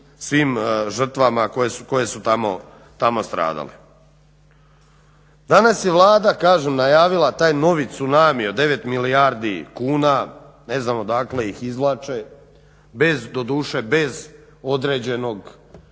svim žrtvama koje su tamo stradale. Danas je Vlada kažem najavila taj novi tsunami od 9 milijardi kuna, ne znam odakle ih izvlače, doduše bez određenog